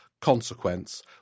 consequence